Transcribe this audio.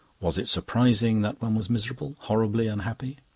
was it surprising that one was miserable, horribly unhappy?